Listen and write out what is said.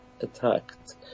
attacked